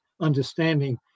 understanding